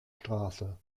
straße